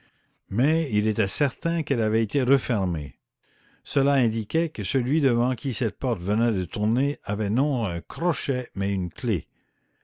mais il était certain qu'elle avait été refermée cela indiquait que celui devant qui cette porte venait de tourner avait non un crochet mais une clef